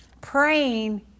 Praying